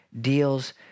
deals